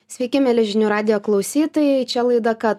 sveiki mieli žinių radijo klausytojai čia laida ką